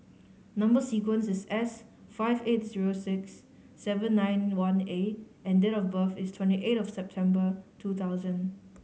number sequence is S five eight zero six seven nine one A and date of birth is twenty eight September two thousand